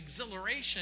exhilaration